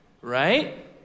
right